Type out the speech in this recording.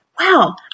wow